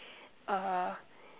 uh